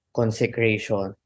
consecration